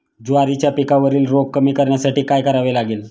ज्वारीच्या पिकावरील रोग कमी करण्यासाठी काय करावे लागेल?